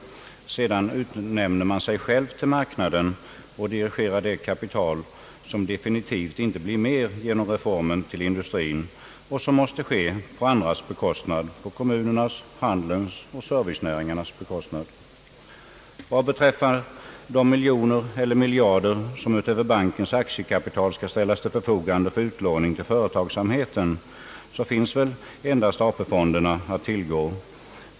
Sedan utnämner man sig själv till marknaden, och dirigerar det kapital — som definitivt inte blir mer genom reformen till industrin, något som måste ske på andra verksamheters bekostnad: på bostadsbyggandets, kommunernas, handelns och servicenäringarnas bekostnad. Vad beträffar de miljoner eller miljarder som utöver bankens aktiekapital skall ställas till förfogande för utlåning till företagsamheten finns väl endast AP-fonderna att tillgå.